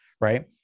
right